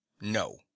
No